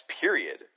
period